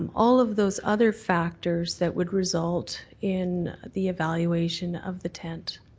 um all of those other factors that would result in the evaluation of the tent.